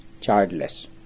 childless